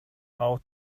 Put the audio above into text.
out